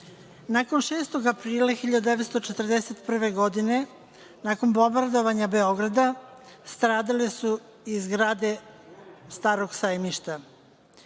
sajam. Nakon 6. aprila 1941. godine, nakon bombardovanja Beograda stradale su i zgrade „Starog Sajmišta“.